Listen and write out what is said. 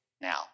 Now